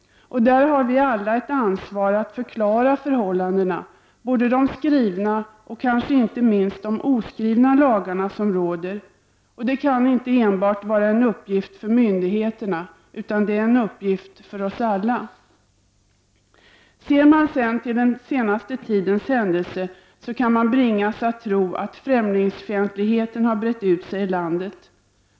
I det avseendet har vi alla ett ansvar att förklara förhållandena. Det gäller de skrivna, men inte minst de oskrivna lagar som råder. Det är inte enbart en uppgift för myndigheterna, utan en uppgift för oss alla. Ser man till den senaste tidens händelser kan man bringas att tro att främlingsfientligheten har brett ut sig i landet.